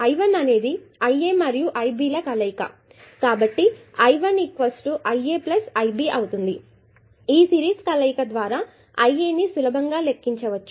I1 అనేది iA మరియు ib ల కలయిక కాబట్టి I 1 I A I B ఈ సిరీస్ కలయిక ద్వారా I A ని సులభంగా లెక్కించవచ్చు